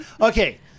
Okay